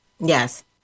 Yes